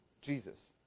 jesus